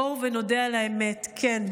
בואו נודה על האמת: כן,